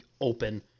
open